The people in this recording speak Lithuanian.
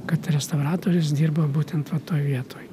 kad restauratorius dirba būtent va toj vietoj